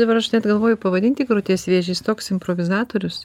dabar aš net galvoju pavadinti krūties vėžį jis toks improvizatorius